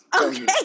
Okay